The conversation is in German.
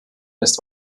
lässt